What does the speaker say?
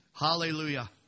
Hallelujah